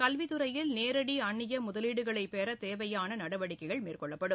கல்வித்துறையில் நேரடி அந்நிய முதலீடுகளைப் பெற தேவையான நடவடிக்கைகள் மேற்கொள்ளப்படும்